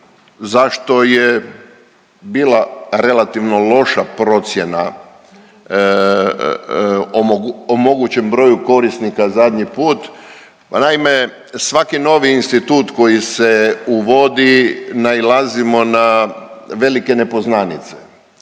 zašto je bila relativno loša procjena o mogućem broju korisnika zadnji put. Naime, svaki novi institut koji se uvodi, nailazimo na velike nepoznanice,